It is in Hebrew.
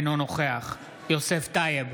אינו נוכח יוסף טייב,